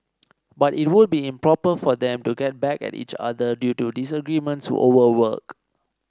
but it would be improper for them to get back at each other due to disagreements over work